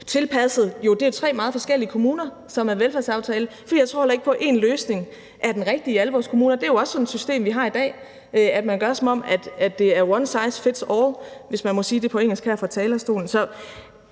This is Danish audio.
tilpasset de tre meget forskellige kommuner i forhold til en velfærdsaftale. For jeg tror heller ikke på, at én løsning er den rigtige i alle vores kommuner. Det er jo også sådan et system, vi har i dag, hvor man handler, som om det er one size fits all, hvis man må sige det på engelsk her fra talerstolen.